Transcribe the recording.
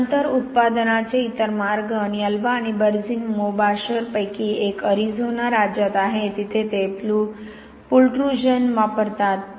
तर नंतर उत्पादनाचे इतर मार्ग आणि अल्वा आणि बर्झिन मोबाशर पैकी एक अरिझोना राज्यात आहे तेथे हे पुलट्रुजन वापरतात